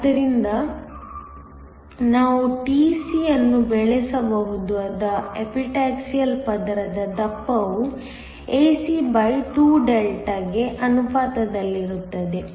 ಆದ್ದರಿಂದ ನಾವು tc ಅನ್ನು ಬೆಳೆಸಬಹುದಾದ ಎಪಿಟಾಕ್ಸಿಯಲ್ ಪದರದ ದಪ್ಪವು ae2∆ ಗೆ ಅನುಪಾತದಲ್ಲಿರುತ್ತದೆ